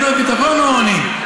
גדר ביטחון או עוני?